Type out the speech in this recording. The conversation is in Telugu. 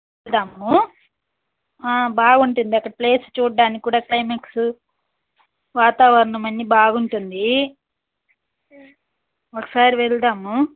వెళ్దాము ఆ బాగుంటుంది అక్కడ ప్లేస్ చూడటానికి కూడా క్లైమేట్ వాతావరణం అన్ని బాగుంటుంది ఒకసారి వెళ్దాము